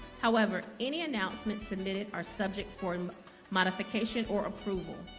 however, any announcements submitted our subject for and modification or approval